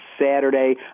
Saturday